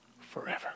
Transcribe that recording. forever